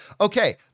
okay